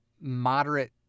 moderate